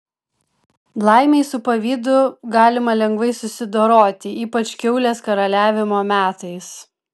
laimei su pavydu galima lengvai susidoroti ypač kiaulės karaliavimo metais